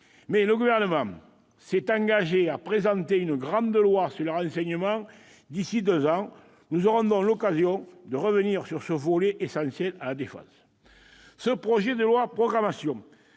le Gouvernement s'est engagé à présenter une grande loi sur le renseignement d'ici à deux ans. Nous aurons donc l'occasion de revenir sur ce volet essentiel à la défense. Ce projet de loi de programmation